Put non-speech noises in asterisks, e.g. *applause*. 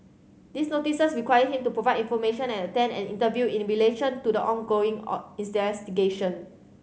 these notices require him to provide information and attend an interview in relation to the ongoing or in stairs *unintelligible*